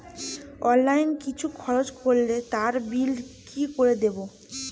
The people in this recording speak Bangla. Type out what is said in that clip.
অনলাইন কিছু খরচ করলে তার বিল কি করে দেবো?